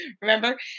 remember